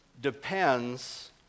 depends